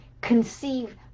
conceive